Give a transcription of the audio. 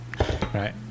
Right